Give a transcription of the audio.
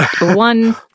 one